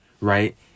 right